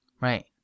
Right